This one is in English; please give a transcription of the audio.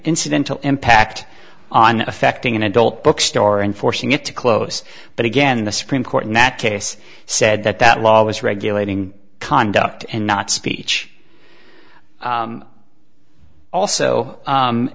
incidental impact on affecting an adult bookstore and forcing it to close but again the supreme court in that case said that that law was regulating conduct and not speech also